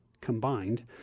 combined